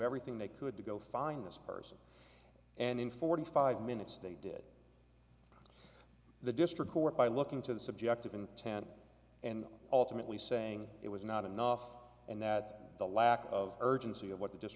everything they could to go find this person and in forty five minutes they did the district court by looking to the subject of intent and ultimately saying it was not enough and that the lack of urgency of what the just